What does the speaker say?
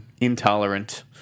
intolerant